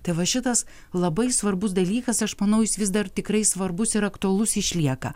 tai va šitas labai svarbus dalykas aš manau jis vis dar tikrai svarbus ir aktualus išlieka